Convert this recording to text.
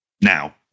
Now